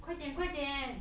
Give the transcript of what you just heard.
快点快点